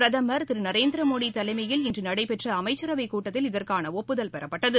பிரதமர் திரு நரேந்திர மோடி தலைமையில் இன்று நடைபெற்ற அமைச்சரவை கூட்டத்தில் இதற்கான ஒப்புதல் பெறப்பட்டது